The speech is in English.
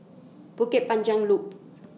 Bukit Panjang Loop